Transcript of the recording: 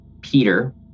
peter